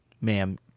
ma'am